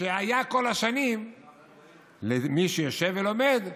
שהייתה כל השנים לתת דיחוי למי שיושב ולומד.